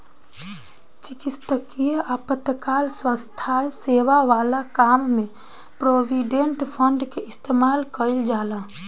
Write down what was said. चिकित्सकीय आपातकाल स्वास्थ्य सेवा वाला काम में प्रोविडेंट फंड के इस्तेमाल कईल जाला